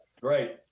Great